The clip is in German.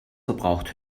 verbraucht